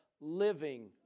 living